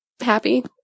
happy